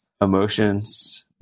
emotions